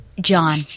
john